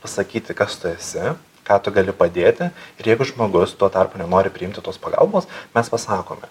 pasakyti kas tu esi ką tu gali padėti ir jeigu žmogus tuo tarpu nenori priimti tos pagalbos mes pasakome